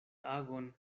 agon